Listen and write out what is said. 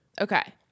Okay